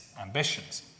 ambitions